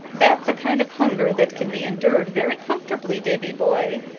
that's a kind of hunger that can be endured very comfortably, davy-boy.